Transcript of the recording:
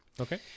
Okay